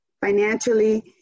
financially